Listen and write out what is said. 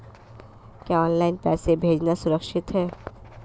क्या ऑनलाइन पैसे भेजना सुरक्षित है?